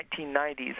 1990s